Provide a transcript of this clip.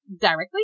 directly